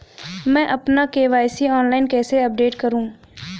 मैं अपना KYC online कैसे अपडेट करूँ?